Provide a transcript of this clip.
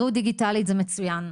בריאות דיגיטלית זה מצוין,